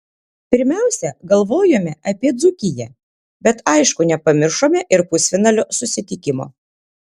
pirmiausia galvojome apie dzūkiją bet aišku nepamiršome ir pusfinalio susitikimo